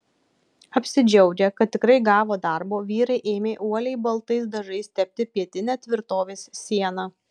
apsidžiaugę kad tikrai gavo darbo vyrai ėmė uoliai baltais dažais tepti pietinę tvirtovės sieną